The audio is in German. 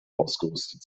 ausgerüstet